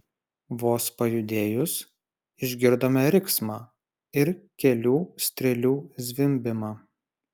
vos pajudėjus išgirdome riksmą ir kelių strėlių zvimbimą